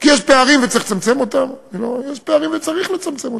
כי יש פערים וצריך לצמצם אותם.